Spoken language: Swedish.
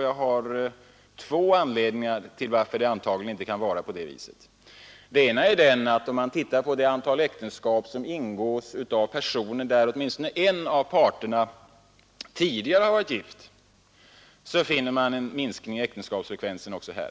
Det finns två synpunkter, som gör den förklaringen mindre trolig. Den ena är att, om man ser på de äktenskap där åtminstone en av parterna tidigare har varit gift, finner man en minskning i äktenskapsfrekvensen också här.